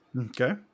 Okay